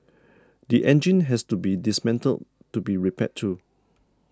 the engine has to be dismantled to be repaired too